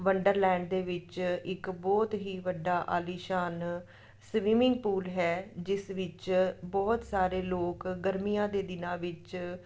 Wonderland ਦੇ ਵਿੱਚ ਇੱਕ ਬਹੁਤ ਹੀ ਵੱਡਾ ਆਲੀਸ਼ਾਨ ਸਵੀਮਿੰਗ ਪੂਲ ਹੈ ਜਿਸ ਵਿੱਚ ਬਹੁਤ ਸਾਰੇ ਲੋਕ ਗਰਮੀਆਂ ਦੇ ਦਿਨਾਂ ਵਿੱਚ